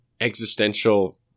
existential